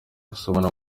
gusomana